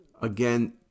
Again